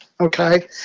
okay